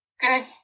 good